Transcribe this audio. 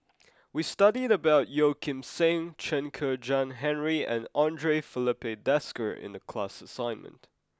we studied about Yeo Kim Seng Chen Kezhan Henri and Andre Filipe Desker in the class assignment